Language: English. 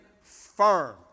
firm